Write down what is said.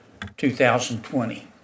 2020